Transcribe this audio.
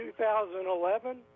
2011